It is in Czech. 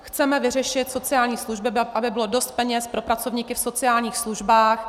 Chceme vyřešit sociální služby, aby bylo dost peněz pro pracovníky v sociálních službách.